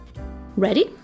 Ready